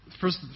first